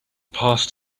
passed